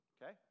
Okay